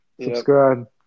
subscribe